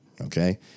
Okay